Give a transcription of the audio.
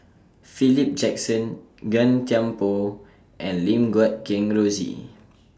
Philip Jackson Gan Thiam Poh and Lim Guat Kheng Rosie